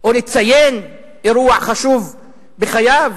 או לציין אירוע חשוב בחייו,